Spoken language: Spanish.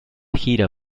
gira